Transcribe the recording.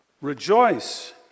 Rejoice